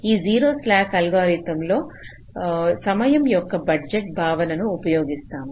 ఈ zero slack algorithm లో సమయం యొక్క బడ్జెట్ భావనను ఉపయోగిస్తాము